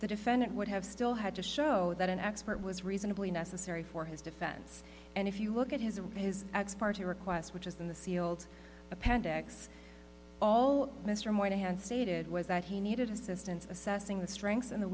the defendant would have still had to show that an expert was reasonably necessary for his defense and if you look at his and his ex parte requests which is in the sealed appendix all mr morton had stated was that he needed assistance assessing the strengths and